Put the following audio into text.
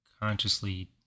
consciously